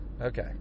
Okay